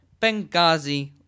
Benghazi